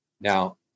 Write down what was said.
Now